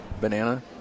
banana